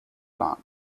plan